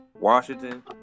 Washington